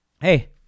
Hey